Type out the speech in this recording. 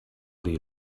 dir